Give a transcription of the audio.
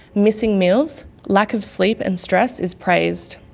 missing meals, lack of sleep, and stress is praised.